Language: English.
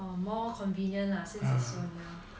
oo more convenient lah since its so near